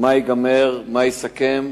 מה ייגמר ומה יהיה בסיכום,